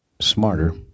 smarter